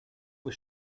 was